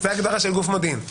זו הגדרה של גוף מודיעין,